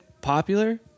popular